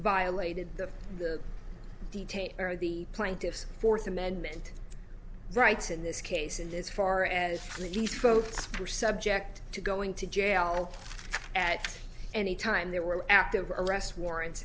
violated the the detainee or the plaintiff's fourth amendment rights in this case and as far as the folks were subject to going to jail at any time there were active arrest warrant